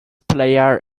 player